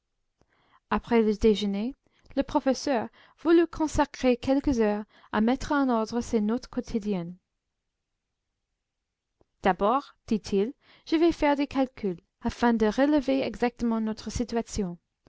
après le déjeuner le professeur voulut consacrer quelques heures à mettre en ordre ses notes quotidiennes d'abord dit-il je vais faire des calculs afin de relever exactement notre situation